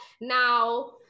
now